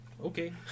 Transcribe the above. Okay